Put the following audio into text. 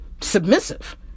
submissive